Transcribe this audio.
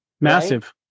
Massive